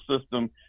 system